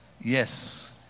Yes